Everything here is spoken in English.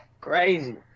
crazy